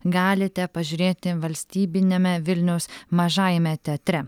galite pažiūrėti valstybiniame vilniaus mažajame teatre